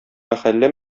мәхәллә